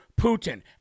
Putin